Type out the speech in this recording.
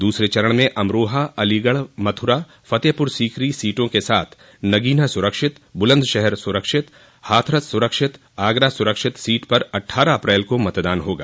दूसरे चरण में अमरोहा अलीगढ़ मथुरा फतेहपुर सीकरी सीटों के साथ नगीना सुरक्षित बुलन्दशहर सुरक्षित हाथरस सुरक्षित आगरा सुरक्षित सीट पर अठठारह अप्रैल को मतदान होगा